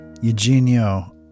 Eugenio